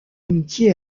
amitié